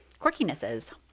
Quirkinesses